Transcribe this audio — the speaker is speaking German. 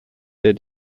der